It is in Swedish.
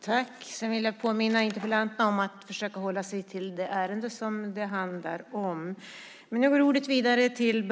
Jag vill påminna interpellanterna om att de ska försöka hålla sig till det ärende som det handlar om.